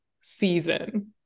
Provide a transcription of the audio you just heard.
season